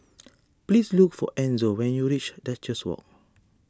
please look for Enzo when you reach Duchess Walk